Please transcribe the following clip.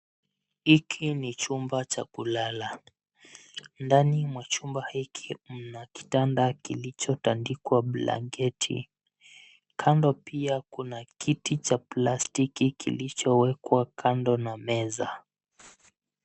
Hiki ni chumba cha kulala. Ndani mwa chumba hiki mna kitanda kilichotandikwa blanketi. Kando pia kuna kiti cha plastiki kilichowekwa kando na meza.